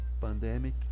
pandemic